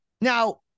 Now